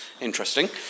interesting